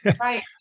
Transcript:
Right